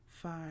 five